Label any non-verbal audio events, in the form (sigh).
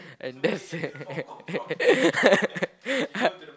and that's it (laughs)